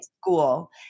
school